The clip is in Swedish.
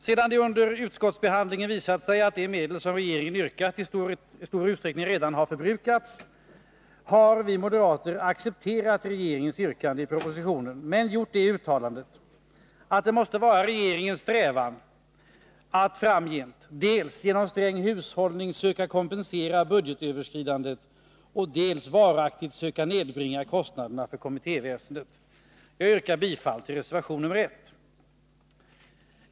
Sedan det under utskottsbehandlingen visat sig att de medel som regeringen yrkat i stor utsträckning redan har förbrukats, har vi moderater accepterat regeringens yrkande i propositionen, men gjort uttalandet att det måste vara regeringens strävan att framgent genom sträng hushållning dels söka kompensera budgetöverskridandet, dels varaktigt söka nedbringa kostnaderna för kommittéväsendet. Jag yrkar bifall till reservation 1.